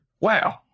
Wow